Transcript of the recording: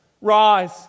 Rise